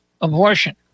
abortion